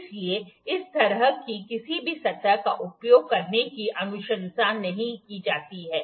इसलिए इस तरह की किसी भी सतह का उपयोग करने की अनुशंसा नहीं की जाती है